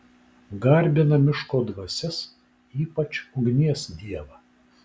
garbina miško dvasias ypač ugnies dievą